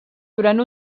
durant